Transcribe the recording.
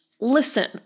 listen